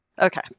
Okay